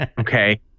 okay